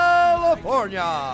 California